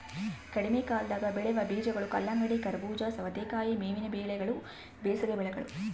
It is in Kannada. ಕಡಿಮೆಕಾಲದಾಗ ಬೆಳೆವ ಬೆಳೆಗಳು ಕಲ್ಲಂಗಡಿ, ಕರಬೂಜ, ಸವತೇಕಾಯಿ ಮೇವಿನ ಬೆಳೆಗಳು ಬೇಸಿಗೆ ಬೆಳೆಗಳು